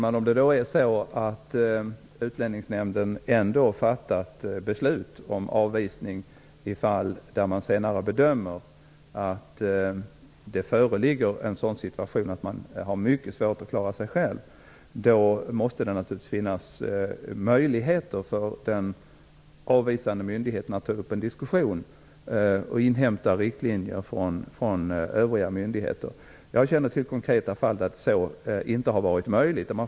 Fru talman! Om Utlänningsnämnden ändå har fattat beslut om avvisning i fall där det senare bedöms att det föreligger en situation där det kan vara svårt för den avvisade att klara sig själv, måste det naturligtvis finnas möjligheter för den avvisande myndigheten att ta upp en diskussion och inhämta riktlinjer från övriga myndigheter. Jag känner till ett konkret fall där så inte har varit möjligt.